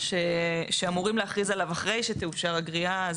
שאמורים לאכריז עליו אחרי שתאושר הגריעה,